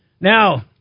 Now